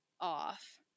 off